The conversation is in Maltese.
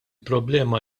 problema